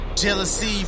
jealousy